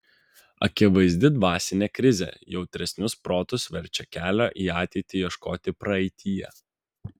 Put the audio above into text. akivaizdi dvasinė krizė jautresnius protus verčia kelio į ateitį ieškoti praeityje